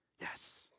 yes